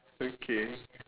okay